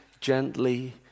gently